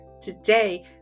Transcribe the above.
Today